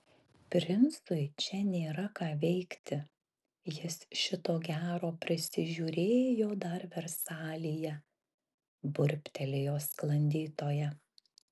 princui čia nėra ką veikti jis šito gero prisižiūrėjo dar versalyje burbtelėjo sklandytoja